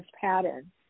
pattern